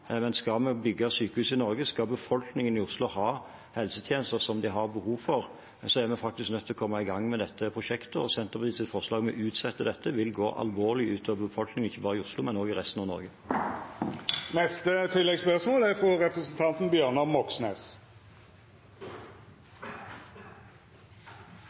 Skal vi bygge sykehus i Norge, skal befolkningen i Oslo ha helsetjenester som de har behov for, er vi faktisk nødt til å komme i gang med dette prosjektet. Senterpartiets forslag om å utsette dette vil gå alvorlig ut over befolkningen, ikke bare i Oslo, men også i resten av Norge.